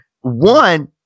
one